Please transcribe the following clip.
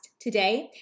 Today